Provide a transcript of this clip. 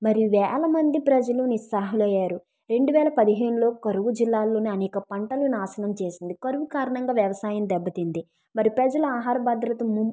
మరియు వేలమంది ప్రజలు నిస్సహాయులయ్యారు రెండువేల పదిహేనులో కరువు జిల్లాలోని అనేక పంటలు నాశనం చేసింది కరువు కారణంగా వ్యవసాయం దెబ్బతింది మరియు ప్రజల ఆహార భద్రత ము